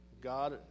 God